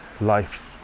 life